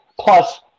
Plus